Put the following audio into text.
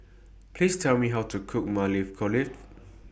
Please Tell Me How to Cook Maili Kofta